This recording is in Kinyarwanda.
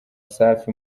safi